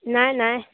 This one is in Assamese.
নাই নাই